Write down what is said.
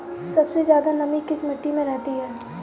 सबसे ज्यादा नमी किस मिट्टी में रहती है?